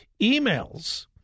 Emails